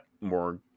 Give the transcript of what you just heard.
more